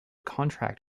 contract